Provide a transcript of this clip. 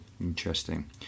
Interesting